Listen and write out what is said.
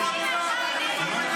לא להפריע.